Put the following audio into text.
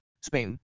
Spain